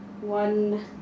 one